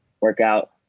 workout